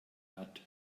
hat